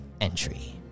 entry